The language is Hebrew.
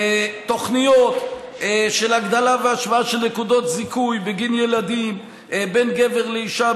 תוכניות של הגדלה והשוואה של נקודות זיכוי בגין ילדים בין גבר לאישה,